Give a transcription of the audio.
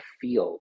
feel